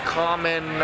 common